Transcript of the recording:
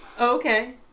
Okay